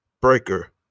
Breaker